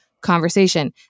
conversation